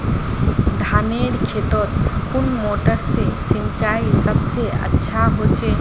धानेर खेतोत कुन मोटर से सिंचाई सबसे अच्छा होचए?